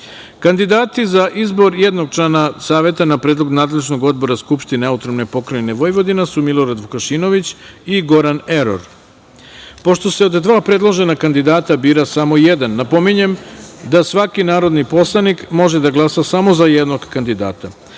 Vojvodine. Kandidati za izbor jednog člana Saveta na predlog nadležnog odbora Skupštine AP Vojvodine su Milorad Vukašinović i Goran Eror. Pošto se od dva predložena kandidata bira samo jedan, napominjem da svaki narodni poslanik može da glasa samo za jednog kandidata.Za